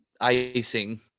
icing